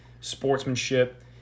sportsmanship